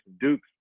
Dukes